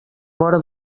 vora